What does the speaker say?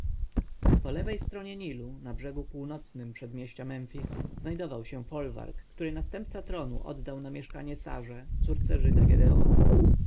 po lewej stronie nilu na brzegu północnym przedmieścia memfis znajdował się folwark który następca tronu oddał na mieszkanie sarze córce żyda gedeona